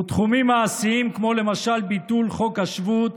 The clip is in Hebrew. ותחומים מעשיים, כמו למשל ביטול חוק השבות,